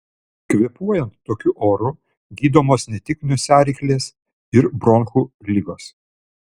kvėpuojant tokiu oru gydomos ne tik nosiaryklės ir bronchų ligos